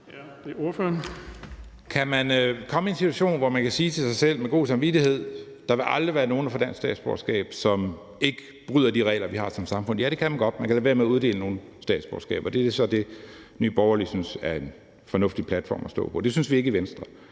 Kan man komme i en situation, hvor man kan sige til sig selv med god samvittighed, at der aldrig vil være nogen, der får dansk statsborgerskab, som bryder de regler , vi har som samfund? Ja, det kan man godt; man kan lade være med at uddele nogen statsborgerskaber. Det er så det, som Nye Borgerlige synes er en fornuftig platform at stå på. Det synes vi ikke i Venstre.